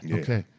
yeah okay.